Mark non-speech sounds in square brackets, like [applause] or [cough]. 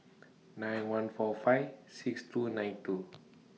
nine [noise] one four five six two nine two